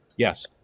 Yes